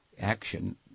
Action